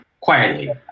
quietly